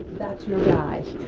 that's your guy.